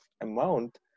amount